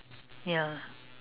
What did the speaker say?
ya